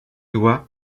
doit